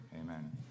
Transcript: Amen